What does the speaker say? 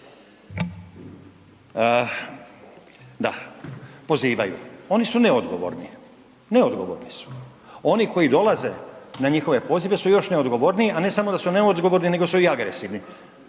Da, pozivaju, oni su neodgovorni, neodgovorni su. Oni koji dolaze na njihove pozive su još neodgovorniji, a ne samo da su neodgovorni nego su i agresivni